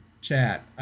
chat